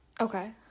Okay